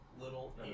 little